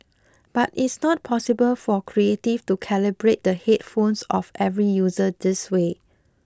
but it's not possible for creative to calibrate the headphones of every user this way